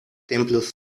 templos